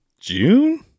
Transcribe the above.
June